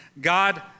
God